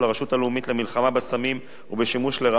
למלחמה בסמים ובשימוש לרעה באלכוהול",